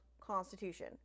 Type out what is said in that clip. Constitution